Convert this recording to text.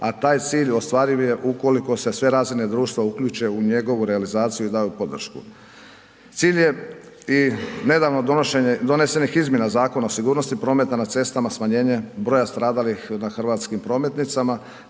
a taj cilj ostvariv je ukoliko se sve razine društva uključe u njegovu realizaciju i daju podršku. Cilj je i nedavno donesenih izmjena Zakona o sigurnosti prometa na cestama, smanjenje broja stradalih na hrvatskim prometnicama